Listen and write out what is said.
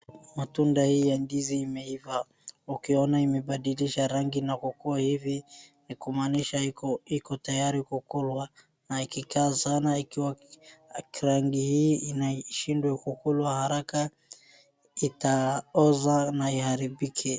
Matunda hii ya ndizi imeiva, ukiona imebadilisha rangi na kukuwa hivi ni kumaanisha iko tayari kukulwa na ikikaa sana ikiwa rangi hii inashindwa kukulwa haraka itaoza na iharibike.